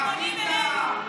הם פונים אלינו.